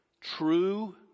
True